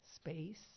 space